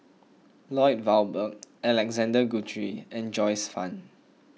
Lloyd Valberg Alexander Guthrie and Joyce Fan